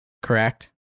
Correct